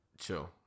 Chill